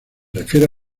refiere